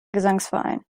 gesangsverein